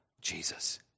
Jesus